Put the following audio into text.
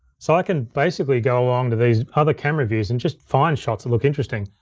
so i can basically go along to these other camera views and just find shots that look interesting.